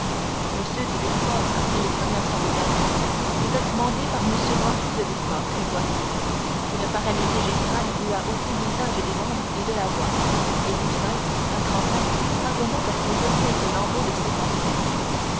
monsieur dit villefort après les premières salutations vous êtes mandé par m noirtier de villefort que voici une paralysie générale lui a ôté l'usage des membres et de la voix et nous seuls à grand-peine parvenons à saisir quelques lambeaux de ses pensées